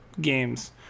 games